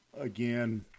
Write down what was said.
Again